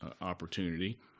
opportunity